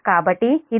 కాబట్టి ఇది మీ 383